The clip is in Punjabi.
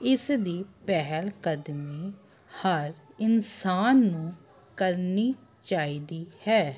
ਇਸ ਦੀ ਪਹਿਲ ਕਦਮੀ ਹਰ ਇਨਸਾਨ ਨੂੰ ਕਰਨੀ ਚਾਹੀਦੀ ਹੈ